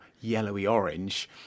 yellowy-orange